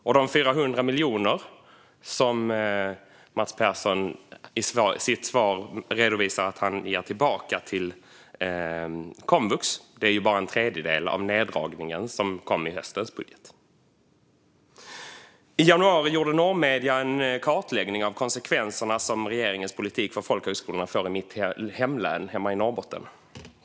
Och de 400 miljoner som Mats Persson i sitt svar redovisade att han ger tillbaka till komvux är bara en tredjedel av den neddragning som kom i höstens budget. I januari gjorde Norr Media en kartläggning av de konsekvenser som regeringens politik för folkhögskolorna får i mitt hemlän Norrbotten.